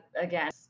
again